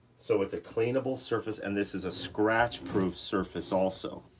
so it's a cleanable surface, and this is a scratch-proof surface also.